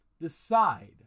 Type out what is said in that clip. decide